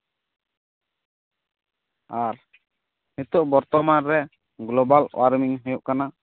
ᱟᱨ ᱱᱤᱛᱳᱜ ᱵᱚᱨᱛᱚᱢᱟᱱ ᱨᱮ ᱜᱞᱳᱵᱟᱞ ᱚᱣᱟᱨᱢᱤᱝ ᱦᱩᱭᱩᱜ ᱠᱟᱱᱟ